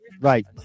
Right